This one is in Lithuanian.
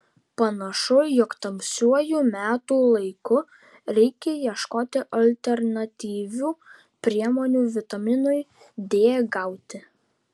panašu jog tamsiuoju metų laiku reikia ieškoti alternatyvių priemonių vitaminui d gauti